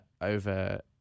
over